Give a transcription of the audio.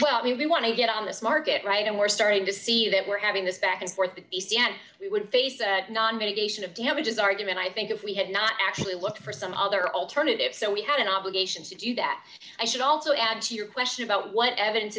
well we want to get out of this market right and we're starting to see that we're having this back and forth the east and we would face that not medication of damages argument i think if we had not actually looked for some other alternatives so we had an obligation to do that i should also add to your question about what evidence